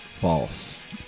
False